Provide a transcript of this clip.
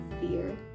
fear